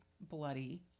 bloody